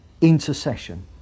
intercession